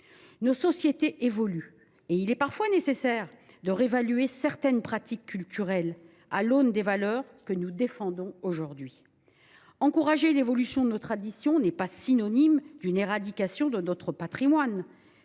Nos sociétés évoluent, et il est parfois nécessaire de réévaluer certaines pratiques culturelles à l’aune des valeurs que nous défendons aujourd’hui. Encourager l’évolution de nos traditions n’est pas synonyme d’une éradication de notre patrimoine